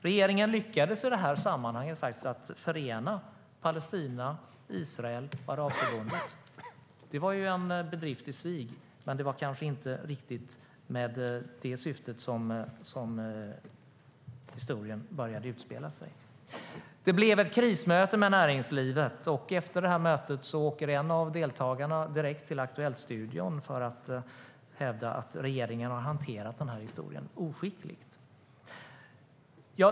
Regeringen lyckades faktiskt i det här sammanhanget att förena Palestina, Israel och Arabförbundet. Det var en bedrift i sig, men det var kanske inte riktigt det som var syftet med det hela. Det blev ett krismöte med näringslivet. Efter mötet åker en av deltagarna direkt till Aktuellt studion för att hävda att regeringen har hanterat den här historien oskickligt.